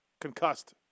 concussed